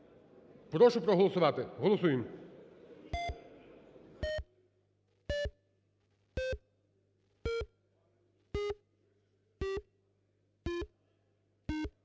прошу проголосувати. Голосуємо,